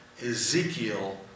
Ezekiel